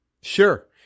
Sure